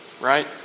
right